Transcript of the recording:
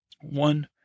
one